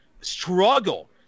struggle